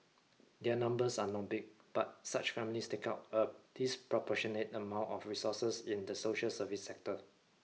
their numbers are not big but such families take out a disproportionate amount of resources in the social service sector